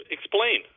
Explain